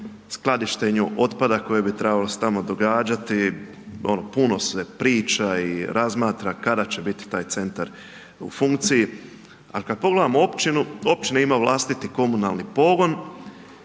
skladištenju otpada koje bi trebalo se tamo događati, puno se priča i razmatra kada će biti taj centar u funkciji, a kad pogledamo općinu, općina ima vlastiti komunalni pogon